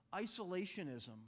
isolationism